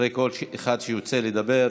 אחרי כל אחד שמדבר.